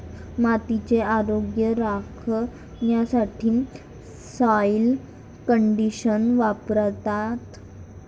मातीचे आरोग्य राखण्यासाठी सॉइल कंडिशनर वापरतात